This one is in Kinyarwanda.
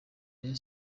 rayon